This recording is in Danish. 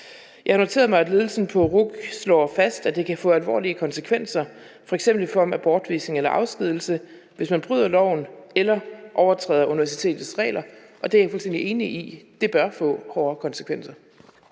Jeg har noteret mig, at ledelsen på RUC slår fast, at det kan få alvorlige konsekvenser f.eks. i form af bortvisning eller afskedigelse, hvis man bryder loven eller overtræder universitetets regler, og det er jeg fuldstændig enig i. Det bør få hårde konsekvenser.